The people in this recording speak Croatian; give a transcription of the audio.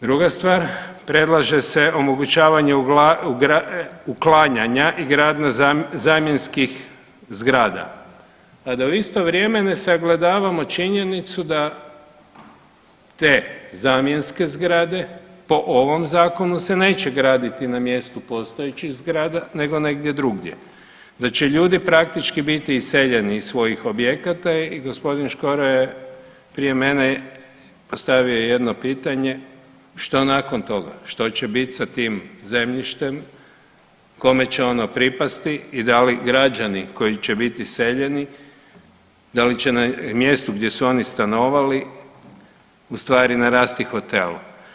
Druga stvar, predlaže se omogućavanje uklanjanja i gradnja zamjenskih zgrada, a da u isto vrijeme ne sagledavamo činjenicu da te zamjenske zgrade po ovom zakonu se neće graditi na mjestu postojećih zgrada nego negdje drugdje, da će ljudi praktički biti iseljeni iz svojih objekata i g. Škoro je prije mene postavio jedno pitanje što nakon toga, što će bit sa tim zemljištem, kome će ono pripasti i da li građani koji će bit iseljeni da li će na mjestu gdje su oni stanovali u stvari narasti hotel?